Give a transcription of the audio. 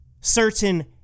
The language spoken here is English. certain